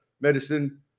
medicine